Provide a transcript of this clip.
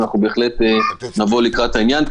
אנחנו בהחלט נבוא לקראת העניין.